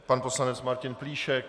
Pan poslanec Martin Plíšek?